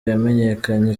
yamenyekanye